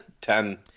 Ten